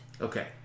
Okay